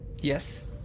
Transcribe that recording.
Yes